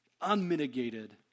unmitigated